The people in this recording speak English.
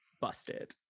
busted